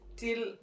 till